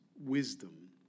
wisdom